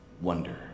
wonder